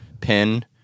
pin